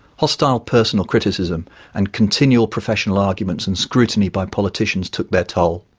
hostile personal criticism and continual professional arguments and scrutiny by politicians took their toll.